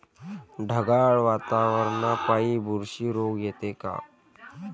ढगाळ वातावरनापाई बुरशी रोग येते का?